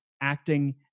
acting